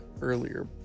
earlier